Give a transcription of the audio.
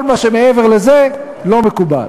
כל מה שמעבר לזה לא מקובל.